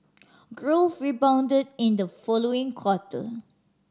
growth rebounded in the following quarter